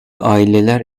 aileler